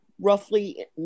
roughly